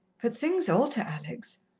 but things alter, alex.